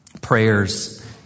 prayers